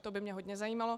To by mě hodně zajímalo.